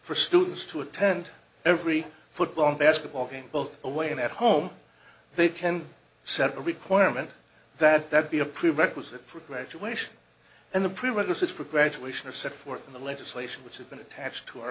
for students to attend every football and basketball game both away and at home they can set a requirement that that be a prerequisite for graduation and the prerequisite for graduation are set forth in the legislation which have been attached to our